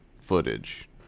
footage